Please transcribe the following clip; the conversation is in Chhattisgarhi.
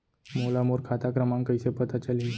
मोला मोर खाता क्रमाँक कइसे पता चलही?